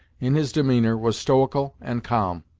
in his demeanor was stoical and calm.